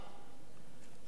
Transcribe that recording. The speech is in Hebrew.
אך עשה הרבה.